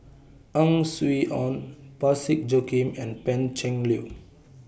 Ang Swee Aun Parsick Joaquim and Pan Cheng Lui